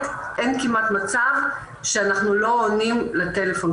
אין כמעט מצב שאנחנו לא עונים לטלפון.